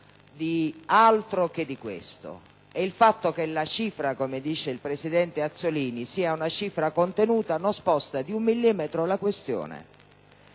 di altro che di questo. E il fatto che la cifra, come dice il presidente Azzollini, sia contenuta, non sposta di un millimetro la questione.